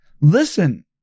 listen